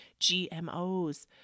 GMOs